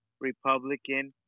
Republican